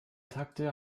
takte